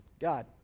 God